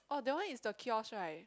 oh that one is the kiosk right